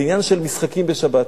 בעניין של משחקים בשבת.